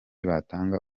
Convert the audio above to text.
batanga